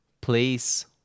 place